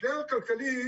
משבר הכלכלי,